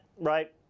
right